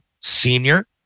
senior